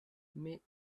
mais